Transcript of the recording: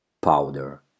powder